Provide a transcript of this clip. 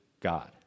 God